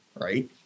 right